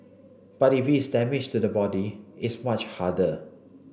but if it's damage to the body it's much harder